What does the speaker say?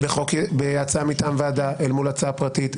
ההליך בהצעה מטעם ועדה מול הצעה פרטית,